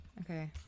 Okay